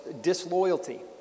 disloyalty